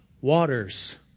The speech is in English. waters